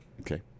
okay